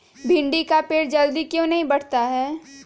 भिंडी का पेड़ जल्दी क्यों नहीं बढ़ता हैं?